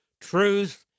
truth